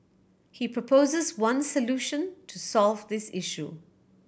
he proposes one solution to solve this issue